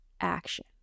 action